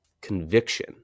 conviction